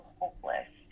hopeless